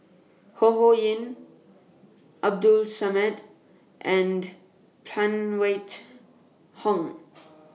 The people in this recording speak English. Ho Ho Ying Abdul Samad and Phan Wait Hong